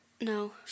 No